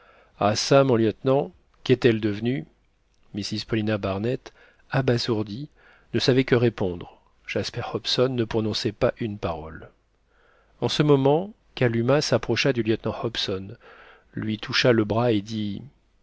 ah ça mon lieutenant qu'est-elle devenue mrs paulina barnett abasourdie ne savait que répondre jasper hobson ne prononçait pas une parole en ce moment kalumah s'approcha du lieutenant hobson lui toucha le bras et dit